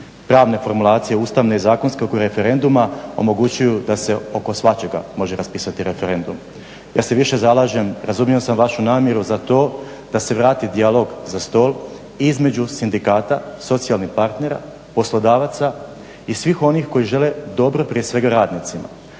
pravne formulacije ustavne i zakonske oko referenduma omogućuju da se oko svačega može raspisati referendum. Ja se više zalažem, razumio sam vašu namjeru za to da se vrati dijalog za stol između sindikata, socijalnih partnera, poslodavaca i svih onih koji žele dobro prije svega radnicima.